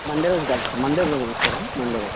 Monday రోజు కలుస్తాను Monday రోజు వస్తాను మండే రోజు